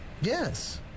yes